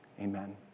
Amen